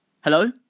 Hello